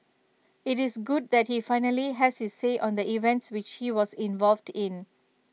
IT is good that he finally has his say on the events which he was involved in